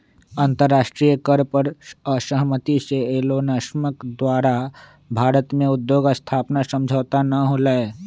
अंतरराष्ट्रीय कर पर असहमति से एलोनमस्क द्वारा भारत में उद्योग स्थापना समझौता न होलय